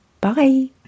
Bye